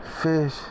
fish